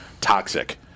Toxic